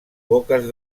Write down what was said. boques